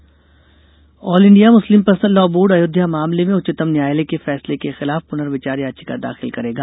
अयोध्या प्नर्विचार याचिका all India Muslim personal law board Ayodhya मामले में उच्चतम न्यायालय के फैसले के खिलाफ प्नर्विचार याचिका दाखिल करेगा